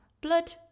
blood